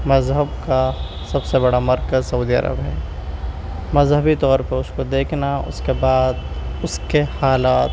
مذہب کا سب سے بڑا مرکز سعودیہ عرب ہے مذہبی طور پر اس کو دیکھنا اس کے بعد اس کے حالات